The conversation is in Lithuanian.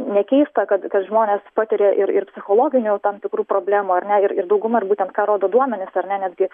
nekeista kad kad žmonės patiria ir psichologinių tam tikrų problemų ar ne ir dauguma būtent ką rodo duomenys ar ne netgi